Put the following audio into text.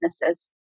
businesses